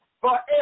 forever